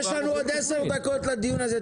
יש לנו עוד עשר דקות לדיון הזה,